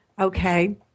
okay